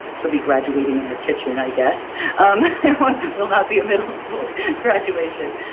she'll be graduating in our kitchen, i guess um will not be a middle school graduation.